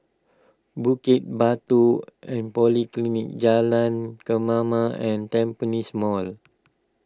Bukit Batok and Polyclinic Jalan Kemaman and Tampines Mall